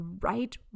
right